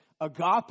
agape